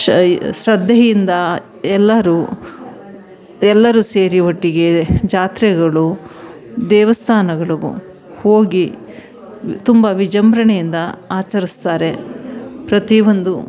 ಶಾ ಶ್ರದ್ಧೆಯಿಂದ ಎಲ್ಲರೂ ಎಲ್ಲರೂ ಸೇರಿ ಒಟ್ಟಿಗೆ ಜಾತ್ರೆಗಳು ದೇವಸ್ಥಾನಗಳಿಗೂ ಹೋಗಿ ತುಂಬ ವಿಜೃಂಭಣೆಯಿಂದ ಆಚರಿಸ್ತಾರೆ ಪ್ರತಿಯೊಂದು